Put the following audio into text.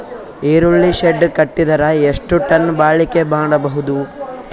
ಈರುಳ್ಳಿ ಶೆಡ್ ಕಟ್ಟಿದರ ಎಷ್ಟು ಟನ್ ಬಾಳಿಕೆ ಮಾಡಬಹುದು?